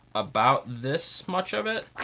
about this much of it,